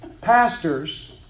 pastors